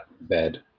bed